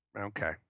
Okay